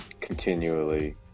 continually